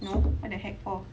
no what the heck for